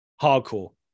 hardcore